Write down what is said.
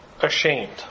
ashamed